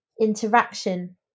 interaction